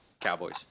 Cowboys